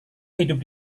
hidup